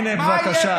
הינה, בבקשה.